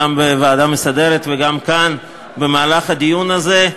גם בוועדה המסדרת וגם כאן במהלך הדיון הזה,